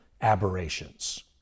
aberrations